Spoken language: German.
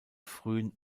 frühen